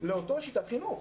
לאותה שיטת חינוך.